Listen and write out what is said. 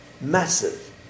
Massive